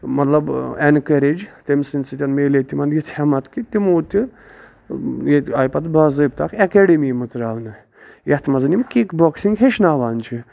مطلب اینکَریج تٔمۍ سٔندۍ سۭتۍ میلے تِمن یِژھ ہیمَتھ کہِ تِمو تہِ ییٚتہِ آیہِ اکھ باضٲبطہٕ اکھ ایکاڈیمی مٔژراونہٕ یَتھ منٛز یِم کِک بوکسِنگ ہٮ۪چھناوان چھِ